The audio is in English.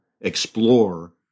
explore